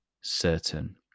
certain